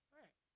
right